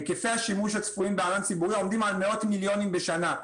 היקפי השימוש הצפויים בענן הציבורי עומדים על מאות מיליונים בשנה.